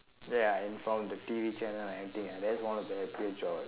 ya and from the T_V channel everything that is one of the happiest job